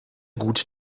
gut